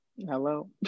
Hello